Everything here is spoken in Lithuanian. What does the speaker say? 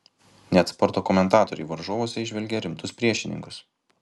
net sporto komentatoriai varžovuose įžvelgia rimtus priešininkus